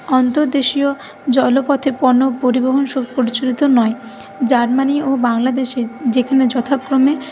অন্তর্দেশীয় জলপথে পণ্য পরিবহন স পরিচালিত নয় জার্মানি ও বাংলাদেশে যেখানে যথাক্রমে